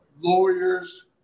lawyers